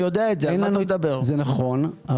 זה נכון.